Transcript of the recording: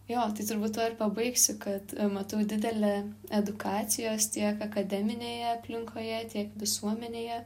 jo tai turbūt tuo ir pabaigsiu kad matau didelę edukacijos tiek akademinėje aplinkoje tiek visuomenėje